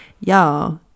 y'all